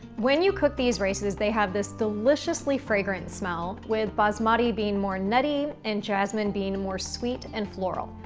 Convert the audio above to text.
when you cook these rices, they have this deliciously fragrant smell, with basmati being more nutty and jasmine being more sweet and floral.